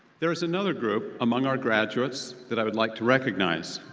there is another group among our graduates that i would like to recognize.